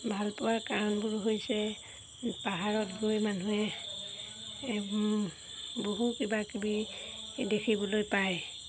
ভালপোৱাৰ কাৰণবোৰো হৈছে পাহাৰত গৈ মানুহে বহু কিবাকিবি দেখিবলৈ পায়